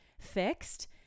fixed